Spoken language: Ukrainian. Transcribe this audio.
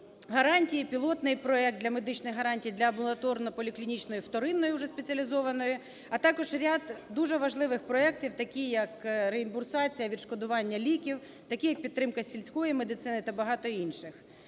гарантії і пілотний проект для медичних гарантій для амбулаторно-поліклінічної, вторинної уже, спеціалізованої. А також ряд дуже важливих проектів, такі як реімбурсація, відшкодування ліків, такі як підтримка сільської медицини та багато інших.